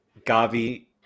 Gavi